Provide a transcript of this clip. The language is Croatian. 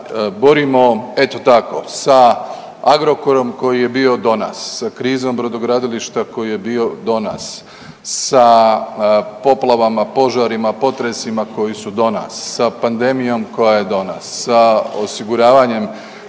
borimo eto tako sa Agrokorom koji je bio do nas, sa krizom brodogradilišta koji je bio do nas, sa poplavama, požarima, potresima koji su do nas, sa pandemijom koja je do nas, sa osiguravanjem